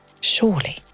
Surely